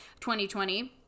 2020